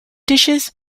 dishes